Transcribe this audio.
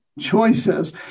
choices